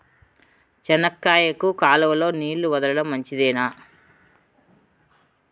చెనక్కాయకు కాలువలో నీళ్లు వదలడం మంచిదేనా?